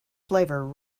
flavor